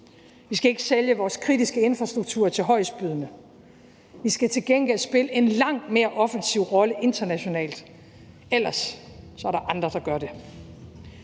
Vi skal ikke sælge vores kritiske infrastruktur til højestbydende. Vi skal til gengæld spille en langt mere offensiv rolle internationalt – ellers er der andre, der gør det.